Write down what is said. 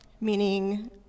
meaning